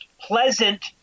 pleasant